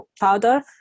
powder